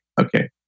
okay